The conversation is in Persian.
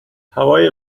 هوای